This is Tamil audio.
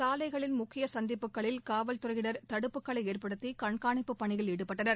சாலைகளின் முக்கிய சந்திப்புகளில் காவல்துறையினர் தடுப்புகளை ஏற்படுத்தி கண்காணிப்புப் பணியில் ஈடுபட்டனர்